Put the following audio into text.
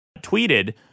tweeted